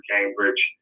Cambridge